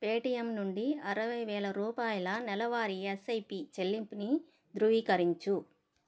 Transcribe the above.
Paytm నుండి అరవై వేల రూపాయల నెలవారీ ఎస్ఐపి చెల్లింపుని ధృవీకరించు